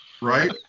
Right